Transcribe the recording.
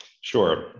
Sure